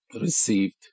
received